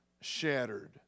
shattered